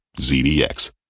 ZDX